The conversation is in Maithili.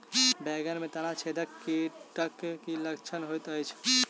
बैंगन मे तना छेदक कीटक की लक्षण होइत अछि?